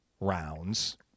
rounds